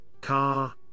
car